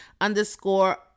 underscore